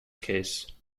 case